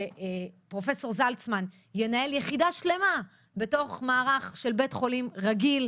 שפרופ' זלצמן ינהל יחידה שלמה בתוך מערך של בית חולים רגיל,